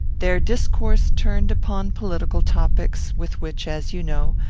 their discourse turned upon political topics, with which, as you know,